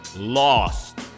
Lost